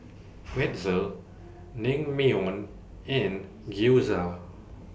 Pretzel Naengmyeon and Gyoza